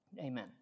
amen